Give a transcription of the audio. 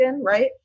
right